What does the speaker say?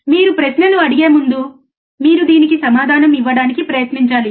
మీరు ప్రశ్నలు అడిగే ముందు మీరు దీనికి సమాధానం ఇవ్వడానికి ప్రయత్నించాలి